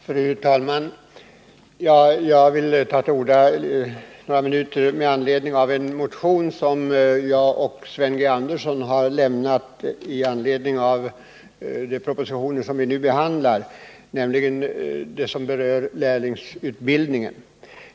Fru talman! Jag vill ta till orda för några minuter med anledning av en motion som jag och Sven G. Andersson har väckt med anledning av den proposition som behandlas i utbildningsutskottets betänkande. Den gäller frågan om lärlingsutbildningen.